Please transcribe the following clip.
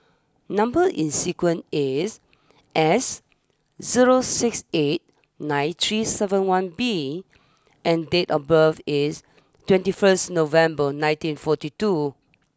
number is sequence is S zero six eight nine three seven one B and date of birth is twenty first November nineteen forty two